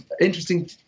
interesting